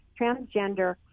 transgender